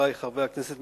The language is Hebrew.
חברי חברי הכנסת,